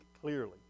clearly